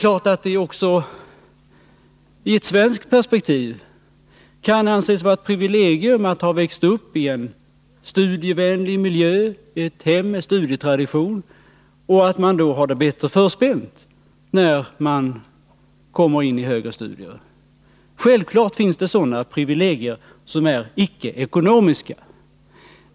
Ävenii ett svenskt perspektiv kan det anses vara ett privilegium att ha växt uppi en studievänlig miljö, i ett hem med studietradition, eftersom man då har det bättre förspänt när man påbörjar högre studier. Självfallet finns det sådana privilegier som är icke-ekonomiska.